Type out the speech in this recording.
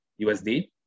USD